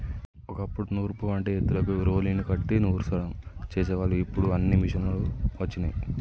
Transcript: ఓ కప్పుడు నూర్పు అంటే ఎద్దులకు రోలుని కట్టి నూర్సడం చేసేవాళ్ళు ఇప్పుడు అన్నీ మిషనులు వచ్చినయ్